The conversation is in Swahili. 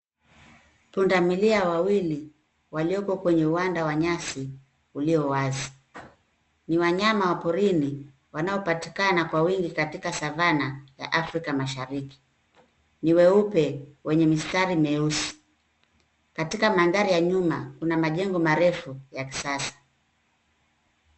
Punda milia wawili waliopo kwenye uwanda wa nyasi uliowazi. Ni wanyama wa porini wanaopatikana kwa wingi katika savana ya afrika mashariki Ni weupe wenye mistari meusi. Katika mandhari ya nyuma kuna majengo marefu ya kisasa.